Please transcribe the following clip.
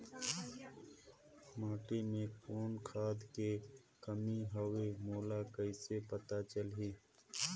माटी मे कौन खाद के कमी हवे मोला कइसे पता चलही?